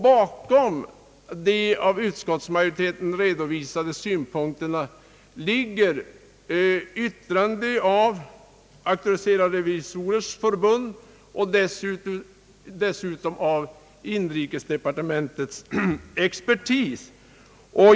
Bakom de av utskottsmajoriteten redovisade synpunkterna ligger yttranden av Auktoriserade revisorers förbund och av inrikesdepartementets expertis.